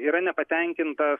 yra nepatenkintas